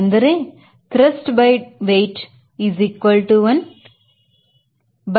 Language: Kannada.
ಆದರೆ thrust by W is 1 by CL by CD ಆಗಿದೆ